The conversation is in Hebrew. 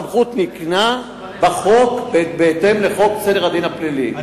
הסמכות ניתנה בחוק בהתאם לחוק סדר הדין הפלילי.